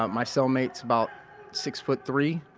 my cell mates about six foot three,